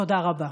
תודה רבה.